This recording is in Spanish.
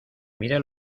mira